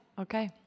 okay